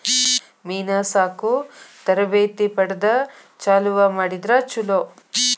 ಮೇನಾ ಸಾಕು ತರಬೇತಿ ಪಡದ ಚಲುವ ಮಾಡಿದ್ರ ಚುಲೊ